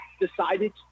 decided